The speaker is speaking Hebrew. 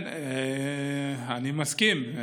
כן, אני מסכים.